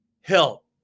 help